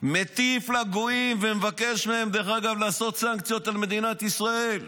מטיף לגויים ומבקש מהם לעשות סנקציות על מדינת ישראל,